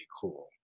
cool